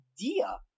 idea